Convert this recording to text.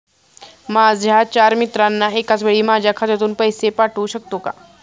माझ्या चार मित्रांना एकाचवेळी माझ्या खात्यातून पैसे पाठवू शकतो का?